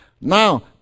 Now